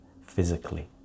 physically